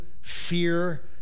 fear